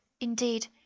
Indeed